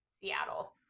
Seattle